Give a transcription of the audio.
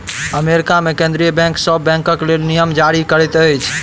America मे केंद्रीय bank सभ बैंकक लेल नियम जारी करैत अछि